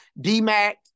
D-Mac